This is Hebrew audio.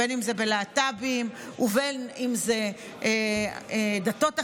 בין שזה בלהט"בים ובין שזה בדתות אחרות,